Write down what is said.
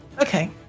Okay